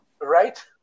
Right